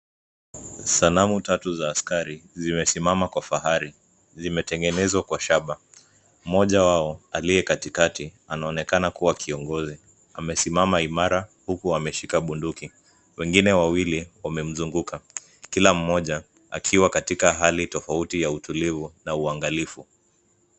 Sanamu tatu za askari zimesimama kwa fahari. Zimetengenezwa kwa shaba. Mmoja wao, aliye katikati, anaonekana kuwa kiongozi. Amesimama imara huku ameshika bunduki. Wengine wawili wamemzunguka kila mmoja akiwa katika hali tofauti ya utulivu na uangalifu.